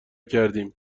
کردیم